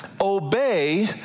obey